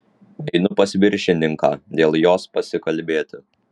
einu pas viršininką dėl jos pasikalbėti